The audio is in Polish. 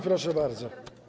Proszę bardzo.